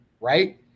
right